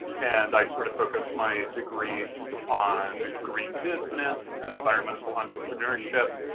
and i sort of focus my degree on green business and environmental entrepreneurship.